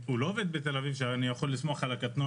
הוא לא עובד בתל אביב שאני יכול לסמוך על הקטנוע